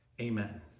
amen